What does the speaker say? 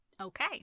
Okay